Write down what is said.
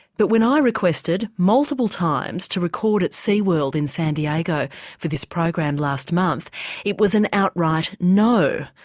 but when i requested multiple times to record at sea world in san diego for this program last month it was an outright no,